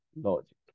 logic